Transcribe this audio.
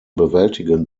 bewältigen